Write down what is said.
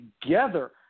together